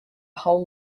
whole